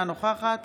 אינה נוכחת